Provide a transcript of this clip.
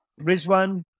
Rizwan